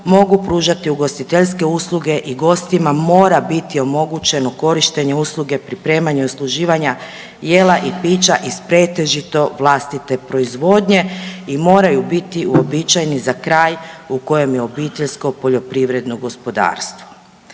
mogu pružati ugostiteljske usluge i gostima mora biti omogućeno korištenje usluge pripremanja i usluživanja jela i pića iz pretežito vlastite proizvodnje i moraju biti uobičajeni za kraj u kojem je obiteljsko poljoprivredno gospodarstvo.